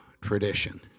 tradition